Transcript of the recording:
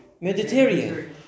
Mediterranean